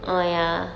ya